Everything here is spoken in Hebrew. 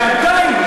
שעדיין,